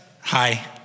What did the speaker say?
hi